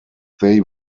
they